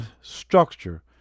structure